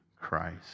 Christ